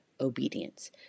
obedience